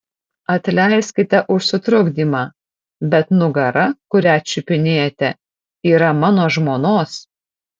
atleiskite už sutrukdymą bet nugara kurią čiupinėjate yra mano žmonos